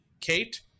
Kate